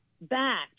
back